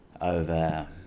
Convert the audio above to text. over